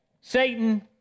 Satan